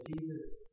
Jesus